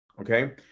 Okay